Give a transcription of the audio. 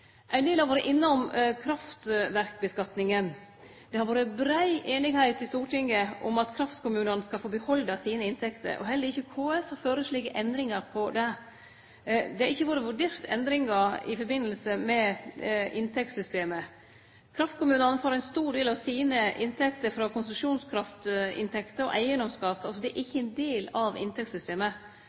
Ein del har vore innom kraftverkskattlegginga. Det har vore brei einigheit i Stortinget om at kraftkommunane skal få behalde sine inntekter, og heller ikkje KS har føreslått endringar på det. Det har ikkje vore vurdert endringar i samband med inntektssystemet. Kraftkommunane får ein stor del av sine inntekter frå konsesjonskraftinntekter og eigedomsskatt. Altså: Det er ikkje ein del av inntektssystemet.